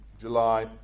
July